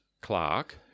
Clark